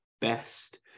best